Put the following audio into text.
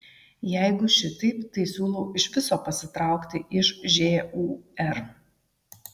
jeigu šitaip tai siūlau iš viso pasitraukti iš žūr